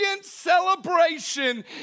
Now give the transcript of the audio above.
celebration